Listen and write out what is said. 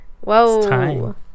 Whoa